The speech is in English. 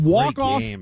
Walk-off